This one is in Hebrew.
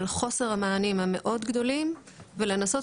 על חוסר המענים המאוד גדולים ולנסות